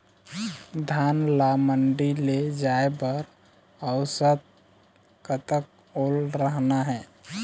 धान ला मंडी ले जाय बर औसत कतक ओल रहना हे?